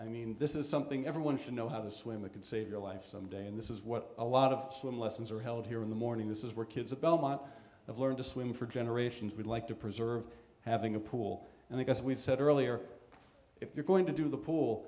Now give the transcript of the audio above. i mean this is something everyone should know how to swim it could save your life some day and this is what a lot of swim lessons are held here in the morning this is where kids are belmont they've learned to swim for generations would like to preserve having a pool and i guess we've said earlier if you're going to do the pool